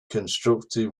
constructive